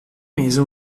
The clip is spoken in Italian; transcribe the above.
mese